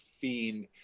fiend